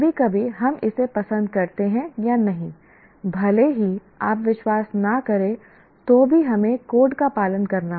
कभी कभी हम इसे पसंद करते हैं या नहीं भले ही आप विश्वास न करें तो भी हमें कोड का पालन करना होगा